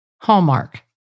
Hallmark